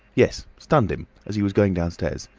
yes stunned him as he was going downstairs.